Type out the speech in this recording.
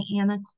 Anna